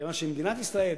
כי מדינת ישראל,